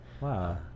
Wow